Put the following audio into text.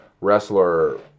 wrestler